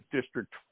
District